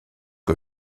que